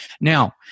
Now